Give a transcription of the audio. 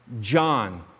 John